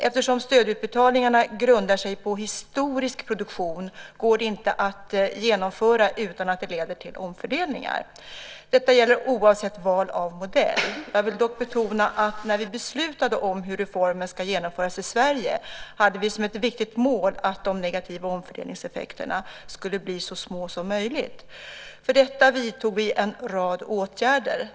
Eftersom stödutbetalningarna grundar sig på historisk produktion går den inte att genomföra utan att den leder till omfördelningar. Detta gäller oavsett val av modell. Jag vill dock betona att när vi beslutade om hur reformen ska genomföras i Sverige hade vi som ett viktigt mål att de negativa omfördelningseffekterna skulle bli så små som möjligt. För detta vidtog vi en rad åtgärder.